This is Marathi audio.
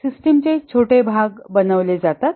सिस्टिम चे छोटे भाग बनवले जातात